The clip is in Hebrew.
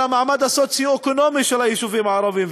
המעמד הסוציו-אקונומי של היישובים הערביים,